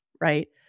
Right